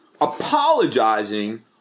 apologizing